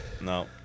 No